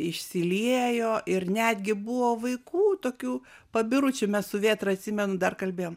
išsiliejo ir netgi buvo vaikų tokių pabiručių mes su vėtra atsimenu dar kalbėjom